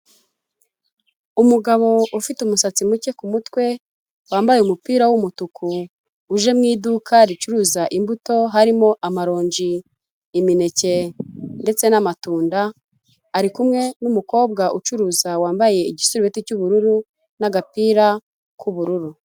Umugabo ufite umusatsi muke ku mutwe wambaye umupira w'umutuku, uje mu iduka ricuruza imbuto harimo; amaronji, imineke ndetse n'amatunda, ari kumwe n'umukobwa ucuruza, wambaye igisurubeti cy'ubururu n'agapira k'ubururu.